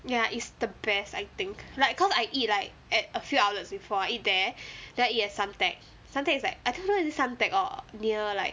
ya is the best I think like cause I eat like at a few outlets before I eat there then I eat at suntec suntec is like I don't know whether is it suntec or near like